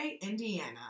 Indiana